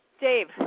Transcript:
Dave